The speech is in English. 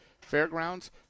Fairgrounds